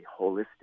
holistic